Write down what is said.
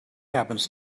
happens